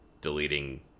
deleting